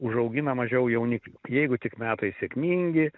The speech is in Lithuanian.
užaugina mažiau jauniklių jeigu tik metai sėkmingi